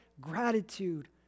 gratitude